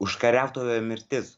užkariautojo mirtis